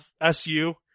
SU